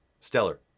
Stellar